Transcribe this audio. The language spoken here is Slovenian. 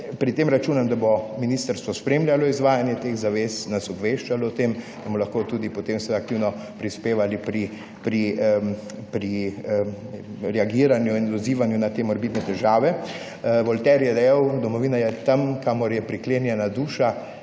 Pri tem računam, da bo ministrstvo spremljalo izvajanje teh zavez, naš obveščalo o tem, da bomo lahko potem tudi aktivno prispevali pri reagiranju in odzivanju na te morebitne težave. Voltaire je dejal, da domovina je tam, kamor je priklenjena duša.